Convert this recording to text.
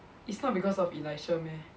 it's not because of Elisha meh